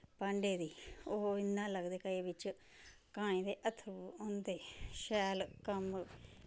भांडे दी ओह् इयां लगदे कज़े बिच्च काएं दे हत्थ होंदे शैल कम्म